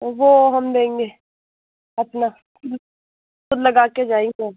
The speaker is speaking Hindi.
वो हम देंगे अपना तो लगाके जाएँगे हम